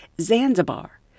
Zanzibar